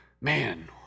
man